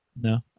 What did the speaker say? No